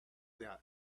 that